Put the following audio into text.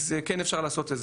אז כן אפשר לעשות.